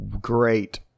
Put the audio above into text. great